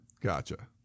Gotcha